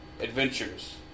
adventures